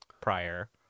prior